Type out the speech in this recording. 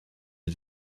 het